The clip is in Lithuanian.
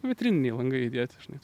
vitrininiai langai įdėti žinai